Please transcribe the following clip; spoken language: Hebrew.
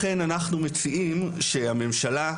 לכן אנחנו מציעים שהממשלה,